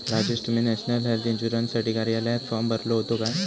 राजेश, तुम्ही national health इन्शुरन्ससाठी कार्यालयात फॉर्म भरलो होतो काय?